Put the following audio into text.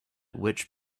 which